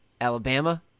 Alabama